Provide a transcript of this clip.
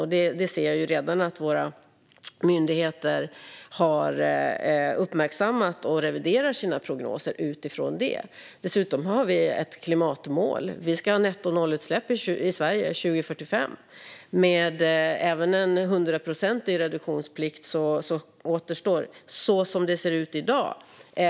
Jag ser också redan att våra myndigheter har uppmärksammat detta och reviderar sina prognoser utifrån det. Dessutom har vi ett klimatmål. Vi ska ha nettonollutsläpp i Sverige 2045. Även med en 100-procentig reduktionsplikt återstår höghöjdseffekterna, som det ser ut i dag.